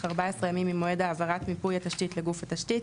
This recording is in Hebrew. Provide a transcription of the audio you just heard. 14 ימים ממועד העברת מיפוי התשתית לגוף התשתית,